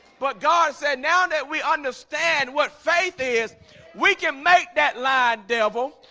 but god said now that we understand what faith is we can make that line devil.